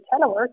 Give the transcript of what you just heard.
telework